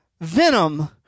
venom